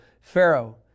Pharaoh